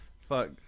Fuck